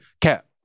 Cap